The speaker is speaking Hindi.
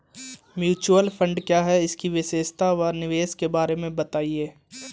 म्यूचुअल फंड क्या है इसकी विशेषता व निवेश के बारे में बताइये?